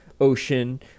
ocean